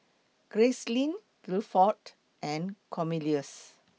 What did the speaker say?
Gracelyn Guilford and Cornelious